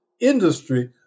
industry